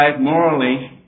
morally